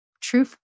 true